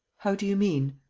how do you mean?